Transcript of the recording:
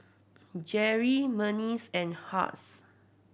Jerrie Berneice and Hughes